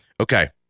Okay